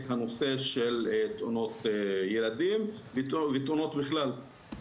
הנושא של תאונות ילדים ותאונות בכלל.